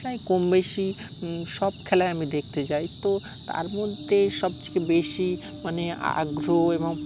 প্রায় কমবেশি সব খেলায় আমি দেখতে যাই তো তার মধ্যে সবথেকে বেশি মানে আগ্রহ এবং